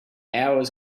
hours